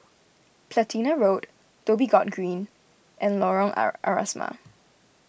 Platina Road Dhoby Ghaut Green and Lorong Asrama